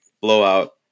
blowout